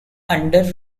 under